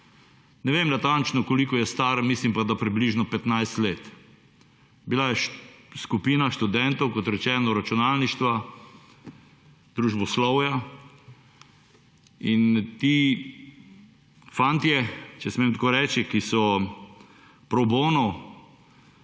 Ne vem natančno koliko je star, mislim pa, da približno 15 let. Bila je skupina študentov kot rečeno računalništva, družboslovja in ti fantje, če smem tako reči, ki so pro bono